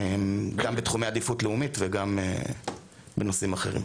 גם בתחומי עדיפות לאומית וגם בנושאים אחרים.